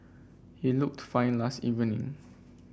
he looked fine last evening